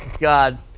God